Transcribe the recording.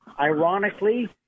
Ironically